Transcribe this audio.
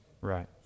Right